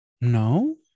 No